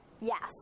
Yes